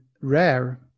rare